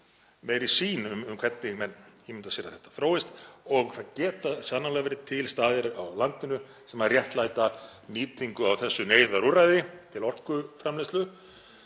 meiri sýn á það hvernig menn ímynda sér að þetta þróist. Það geta sannarlega verið til staðir á landinu sem réttlæta nýtingu á þessu neyðarúrræði til orkuframleiðslu